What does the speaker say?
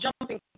jumping